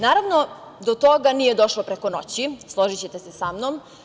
Naravno, do toga nije došlo preko noći, složićete se sa mnom.